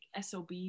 sob